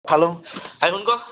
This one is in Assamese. খালোঁ সেই শুন ক'